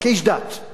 וכשר המשפטים,